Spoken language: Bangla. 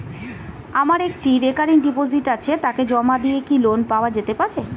আমার একটি রেকরিং ডিপোজিট আছে তাকে জমা দিয়ে কি লোন পাওয়া যেতে পারে?